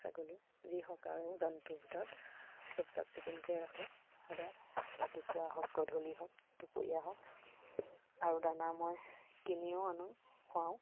ছাগলী যি হওক আৰু জন্তুৰ ভিতৰত চব চাফ চিকুণকৈ ৰাখোঁ সদায় ৰাতিপুৱা হওক গধূলি হওক দুপৰীয়া হওক আৰু দানা মই কিনিও আনো খুৱাওঁ